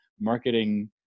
marketing